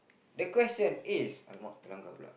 the question is alamak terlanggar pulak